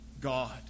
God